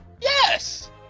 Yes